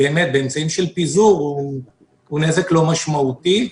מבין אמצעים של פיזור הוא נזק לא משמעותי.